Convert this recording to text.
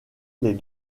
les